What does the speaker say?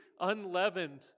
unleavened